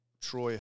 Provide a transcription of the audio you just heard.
Troy